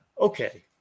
okay